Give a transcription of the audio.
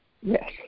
Yes